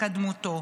לקדמותו.